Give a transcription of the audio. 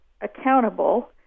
accountable